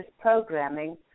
programming